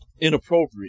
inappropriate